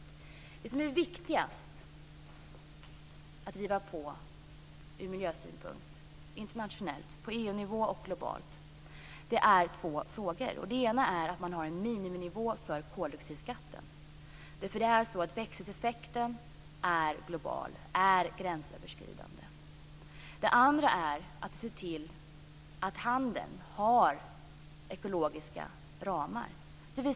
Men det är två frågor som är viktigast att driva från miljösynpunkt, både på EU-nivå och globalt: Den ena är frågan om en miniminivå för koldioxidskatten. Växthuseffekten är global och gränsöverskridande. Den andra frågan är att se till att handeln har ekologiska ramar.